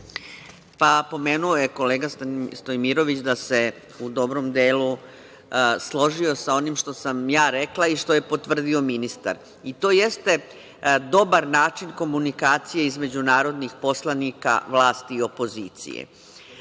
Pomenuo je kolega Stojmirović da se u dobrom delu složio sa onim što sam ja rekla i što je potvrdio ministar, to jeste dobar način komunikacije između narodnih poslanika, vlasti i opozicije.